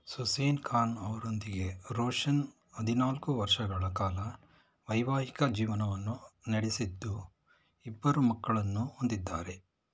ಸುಸೇನ್ ಖಾನ್ ಅವರೊಂದಿಗೆ ರೋಷನ್ ಹದಿನಾಲ್ಕು ವರ್ಷಗಳ ಕಾಲ ವೈವಾಹಿಕ ಜೀವನವನ್ನು ನಡೆಸಿದ್ದು ಇಬ್ಬರು ಮಕ್ಕಳನ್ನು ಹೊಂದಿದ್ದಾರೆ